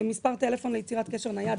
מספר טלפון ליצירת קשר נייד,